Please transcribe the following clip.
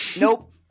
Nope